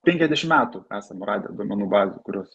penkiasdešim metų esam radę duomenų bazių kurios